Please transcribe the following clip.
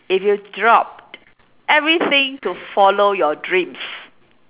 if you dropped everything to follow your dreams